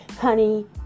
honey